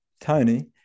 Tony